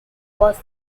was